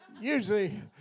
usually